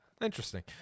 Interesting